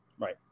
Right